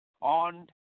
on